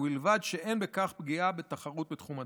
ובלבד שאין בכך פגיעה בתחרות בתחום הדואר.